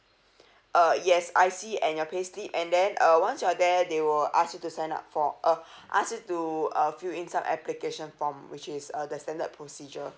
uh yes I_C and your payslip and then uh once you're there they will ask you to sign up for uh ask you to uh fill in some application form which is uh the standard procedure